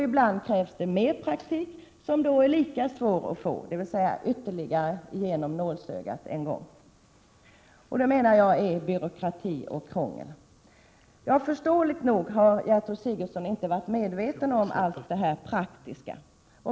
Ibland krävs det mer praktik, som då är lika svår att få, dvs. man måste gå igenom nålsögat ytterligare en gång. Detta menar jag är byråkrati och krångel. Förståeligt nog har Gertrud Sigurdsen inte varit medveten om allt detta praktiska.